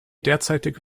derzeitige